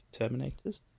Terminators